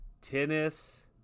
tennis